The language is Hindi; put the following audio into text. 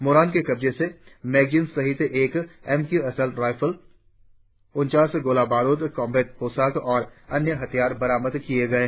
मोरन के कब्जे से मैगजीन सहित एक एम क्यू असॉल्ट राईफल उनचास गोला बारुद कॉम्बैट पोशाक और अन्य हथियार बरामद किये गये